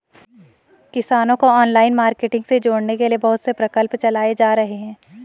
किसानों को online marketing से जोड़ने के लिए बहुत से प्रकल्प चलाए जा रहे हैं